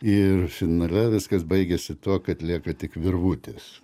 ir finale viskas baigėsi tuo kad lieka tik virvutės